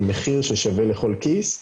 במחיר ששווה לכל כיס.